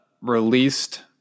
released